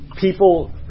people